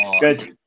Good